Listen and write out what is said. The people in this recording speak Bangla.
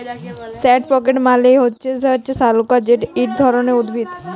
স্যুট পটেট মালে হছে শাঁকালু যেট ইক ধরলের উদ্ভিদ